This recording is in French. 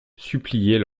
suppliaient